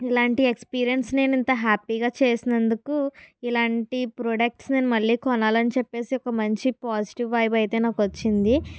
ఇలాంటి ఎక్స్పీరియన్స్ నేనింత హ్యాపీ గా చేసినందుకు ఇలాంటి ప్రొడక్ట్స్ నేను మళ్ళీ కొనాలి అని చెప్పేసి ఒక మంచి పాజిటివ్ వైబ్ అయితే నాకు వచ్చింది